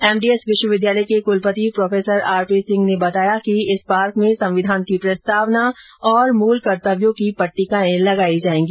MDS विश्वविद्यालय के कुलपति प्रो आरपी सिंह ने बताया कि इस पार्क में संविधान की प्रस्तावना और मूल कर्तव्यों की पट्टिकाएं लगाई जाएगी